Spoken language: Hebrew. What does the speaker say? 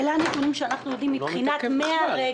אלה הנתונים שאנחנו יודעים מבחינת --- שר התחבורה